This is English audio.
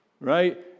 right